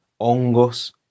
hongos